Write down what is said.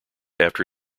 after